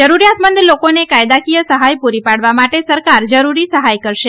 જરૂરીયાતમંદ લોકોને કાયદાકીય સહાય પૂરી પાડવા માટે સરકાર જરૂરી સહાય કરશે